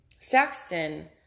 Saxton